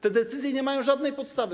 Te decyzje nie mają żadnej podstawy.